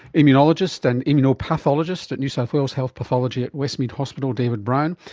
immunologist and immunopathologist at new south wales health pathology at westmead hospital david brown,